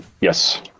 Yes